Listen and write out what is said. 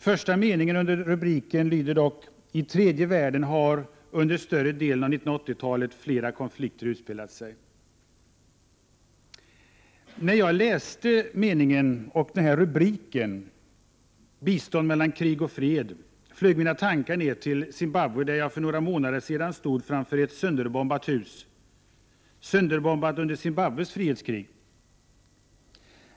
Första meningen under den rubriken lyder: ”I tredje världen har under större delen av 1980-talet fler konflikter utspelat sig.” När jag läste rubriken och den här meningen flög mina tankar ner till Zimbabwe, där jag för några månader sedan stod framför ett sönderbombat hus — sönderbombat under Zimbabwes frihetskrig.